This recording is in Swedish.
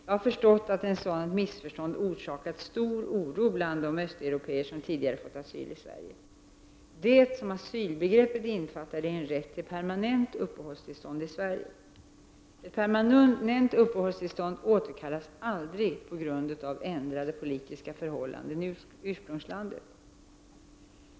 Jag har förstått att ett sådant missförstånd orsakat stor oro bland de östeuropéer som tidigare fått asyl i Sverige. Det som asylbegreppet innefattar är en rätt till permanent uppehållstillstånd i Sverige. Ett permanent uppehållstillstånd återkallas aldrig på grund av ändrade politiska förhållanden i ursprungslandet.